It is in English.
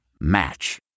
Match